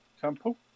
Temple